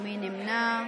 ומי נמנע?